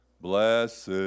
Blessed